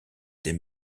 des